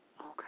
Okay